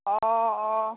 অঁ অঁ